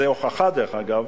וזה הוכחה, דרך אגב,